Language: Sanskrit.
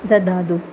ददातु